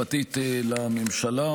המשפטית לממשלה,